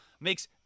makes